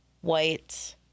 white